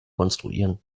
konstruieren